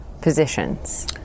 positions